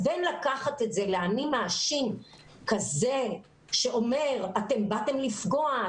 בין לקחת את זה לאני מאשים כזה שאומר שאתם באתם לפגוע,